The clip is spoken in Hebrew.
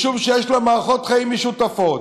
משום שיש להם מערכות חיים משותפות,